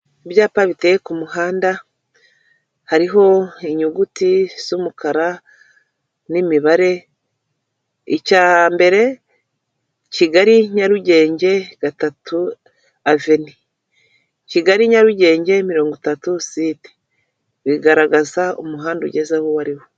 Ibyapa biteye ku muhanda, hariho inyuguti z'umukara n'imibare, icya mbere Kigali Nyarugenge gatatu aveni. Kigali Nyarugenge mirongo itatu site. Bigaragaza umuhanda ugezeho uwo ari wo.